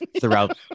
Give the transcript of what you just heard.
throughout